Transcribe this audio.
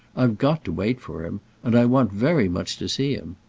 i've got to wait for him and i want very much to see him.